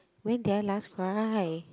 when did I last cry